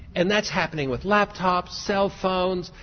and that's happening with laptops, cell phones,